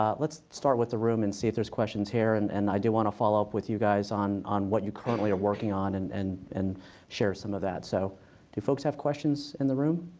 um let's start with the room and see if there's questions here. and and i do want to follow up with you guys on on what you currently are working on and and and share some of that. so do folks have questions in the room?